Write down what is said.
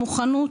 המוכנות,